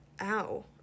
Ow